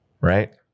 right